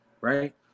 Right